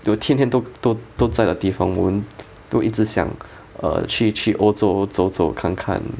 有天天都都都在的地方我们都一直想 err 去去欧洲走走看看